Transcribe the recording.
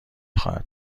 خواهد